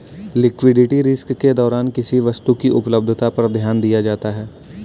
liquidity risk के दौरान किसी वस्तु की उपलब्धता पर ध्यान दिया जाता है